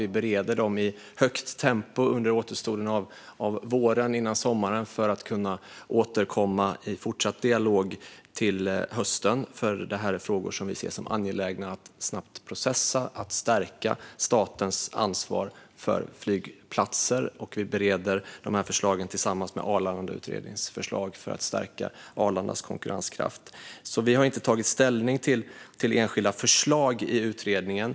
Vi bereder nu dessa i högt tempo innan sommaren för att kunna återkomma i fortsatt dialog till hösten, för det är angeläget att processa detta snabbt och stärka statens ansvar för flygplatser. Vi bereder dessa förslag tillsammans med Arlandautredningens förslag om att stärka Arlandas konkurrenskraft. Vi har alltså inte tagit ställning till enskilda förslag i utredningen.